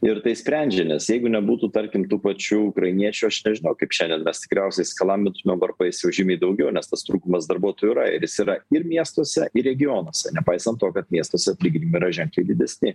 ir tai sprendžia nes jeigu nebūtų tarkim tų pačių ukrainiečių aš nežinau kaip šiandien mes tikriausiai skalambytumėm varpais jau žymiai daugiau nes tas trūkumas darbuotojų yra ir jis yra ir miestuose ir regionuose nepaisant to kad miestuose atlyginimai yra ženkliai didesni